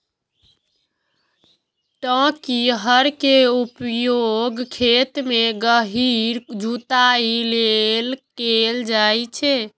टांकी हर के उपयोग खेत मे गहींर जुताइ लेल कैल जाइ छै